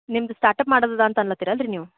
ನಿಮ್ದು ಸ್ಟಾರ್ಟಪ್ ಮಾಡೋದಿದೆ ಅಂತ ಅನ್ನಲತ್ತೀರಲ್ರಿ ನೀವು